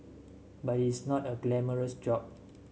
but it is not a glamorous job